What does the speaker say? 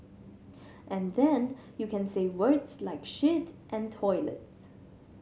and then you can say words like shit and toilets